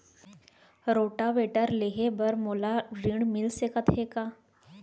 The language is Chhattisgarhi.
रोटोवेटर लेहे बर मोला ऋण मिलिस सकत हे का?